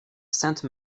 sainte